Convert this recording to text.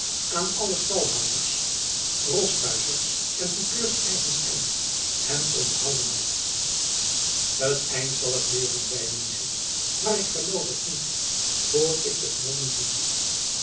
aan alle stalhouders rostuischers en pikeurs eigen schijnt hem onthouden had t eind zal het leeren zeide nyssen maar ik geloof het niet voor ik de knollen zie